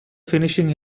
finishing